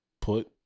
put